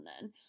then